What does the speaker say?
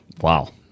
wow